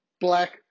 black